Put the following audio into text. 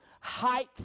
height